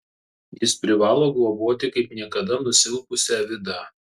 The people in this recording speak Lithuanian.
jis privalo globoti kaip niekada nusilpusią vidą